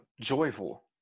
joyful